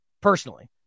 personally